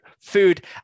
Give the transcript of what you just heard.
food